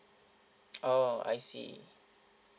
oh I see